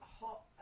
hot